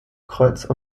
kreuz